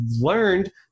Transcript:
learned